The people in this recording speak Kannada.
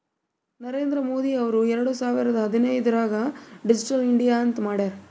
ನರೇಂದ್ರ ಮೋದಿ ಅವ್ರು ಎರಡು ಸಾವಿರದ ಹದಿನೈದುರ್ನಾಗ್ ಡಿಜಿಟಲ್ ಇಂಡಿಯಾ ಅಂತ್ ಮಾಡ್ಯಾರ್